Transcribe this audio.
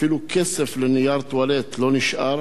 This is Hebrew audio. אפילו כסף לנייר טואלט לא נשאר,